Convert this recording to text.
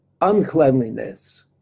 uncleanliness